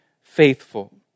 faithful